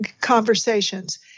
conversations